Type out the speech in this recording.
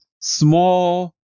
small